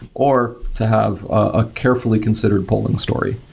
or to have a carefully considered pulling story.